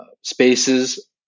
spaces